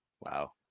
Wow